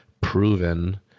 Proven